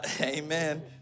Amen